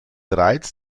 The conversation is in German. reiz